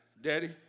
Daddy